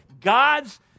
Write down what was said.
God's